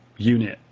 unit